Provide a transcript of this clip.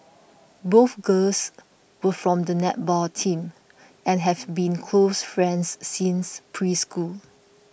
both girls were from the netball team and have been close friends since preschool